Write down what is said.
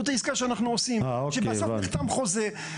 זאת העסקה שאנחנו עושים ובסוף נחתם חוזה.